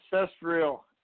ancestral